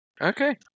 Okay